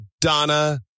Donna